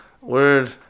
Word